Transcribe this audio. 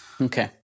Okay